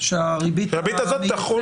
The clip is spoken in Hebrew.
שהריבית הזאת תחול.